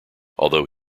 although